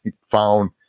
found